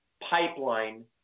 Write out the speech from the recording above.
pipeline